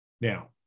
Now